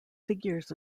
figures